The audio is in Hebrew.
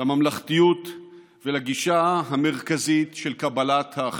לממלכתיות ולגישה המרכזית של קבלת האחר,